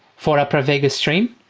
for a pravega stream.